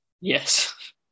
Yes